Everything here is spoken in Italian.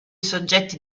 soggetti